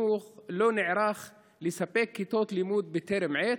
1. מדוע משרד החינוך לא נערך לספק כיתות לימוד בטרם עת?